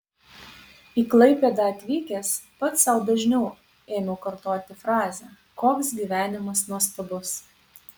į klaipėdą atvykęs pats sau dažniau ėmiau kartoti frazę koks gyvenimas nuostabus